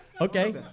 Okay